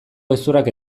gezurrak